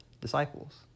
disciples